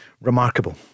remarkable